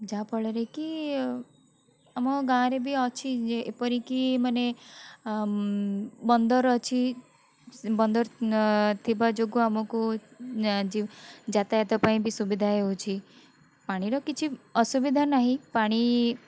ଯାହାଫଳରେ କି ଆମ ଗାଁରେ ବି ଅଛି ଯେ ଏପରିକି ମାନେ ବନ୍ଦର ଅଛି ସେ ବନ୍ଦର ଥିବା ଯୋଗୁଁ ଆମକୁ ଯାତାୟତ ପାଇଁ ବି ସୁବିଧା ହେଉଛି ପାଣିର କିଛି ଅସୁବିଧା ନାହିଁ ପାଣି